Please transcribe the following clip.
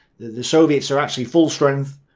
the soviets are actually full strength,